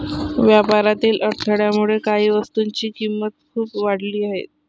व्यापारातील अडथळ्यामुळे काही वस्तूंच्या किमती खूप वाढल्या आहेत